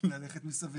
ללכת מסביב.